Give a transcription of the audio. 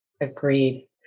Agreed